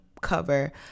cover